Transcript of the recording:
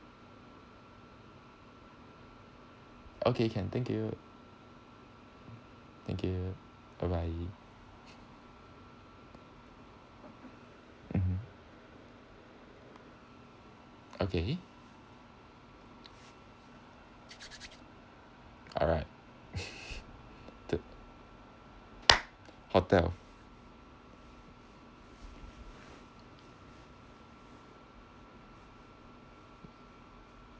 okay can thank you thank you bye bye mmhmm okay alright third hotel